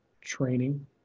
training